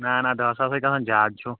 نا نا دہ ساسے گَژھان زیاد چھُ